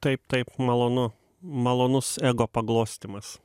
taip taip malonu malonus ego paglostymas